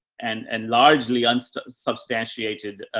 and and largely unsubstantiated,